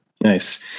Nice